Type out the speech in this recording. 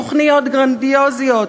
תוכניות גרנדיוזיות,